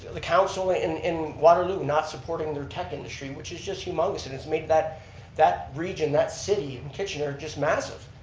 the council in in waterloo not supporting their tech industry which is just humongous and has made that that region, that city, and you know just massive.